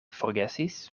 forgesis